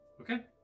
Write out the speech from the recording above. okay